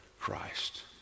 Christ